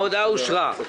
ההודעה אושרה.